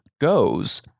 goes